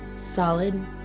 Solid